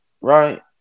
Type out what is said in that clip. right